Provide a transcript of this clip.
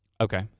Okay